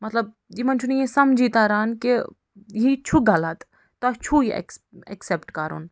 مطلب یِمَن چھُنہٕ یہِ سَمجھِے تَران کہِ یہِ چھُ غلط تۄہہِ چھُو یہِ ایٚکسیٚپٹ کرُن